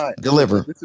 deliver